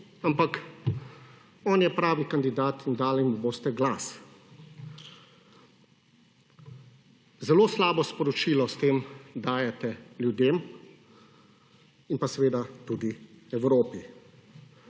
Ampak on je pravi kandidat in dali mu boste glas. Zelo slabo sporočilo s tem dajete ljudem, in pa seveda tudi Evropi.